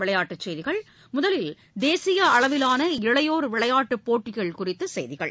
விளையாட்டுப் போட்டிகள் முதலில் தேசிய அளவிவான இளையோா் விளையாட்டு போட்டிகள் குறித்த செய்திகள்